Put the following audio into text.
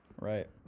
Right